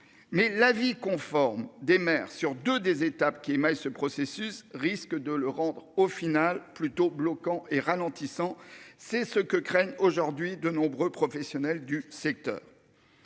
mais l'avis conforme des maires sur de, des étapes qui émaillent ce processus risque de le rendre au final plutôt bloquant et ralentissant c'est ce que craignent aujourd'hui de nombreux professionnels du secteur.